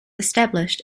established